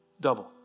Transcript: Double